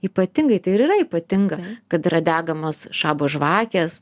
ypatingai tai ir yra ypatinga kad yra degamos šabo žvakės